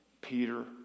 Peter